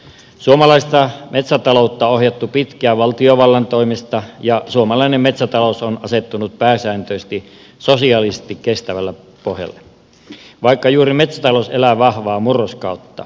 suomalaista metsätaloutta on ohjattu pitkään valtiovallan toimesta ja suomalainen metsätalous on asettunut pääsääntöisesti sosiaalisesti kestävälle pohjalle vaikka juuri metsätalous elää vahvaa murroskautta